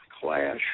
clash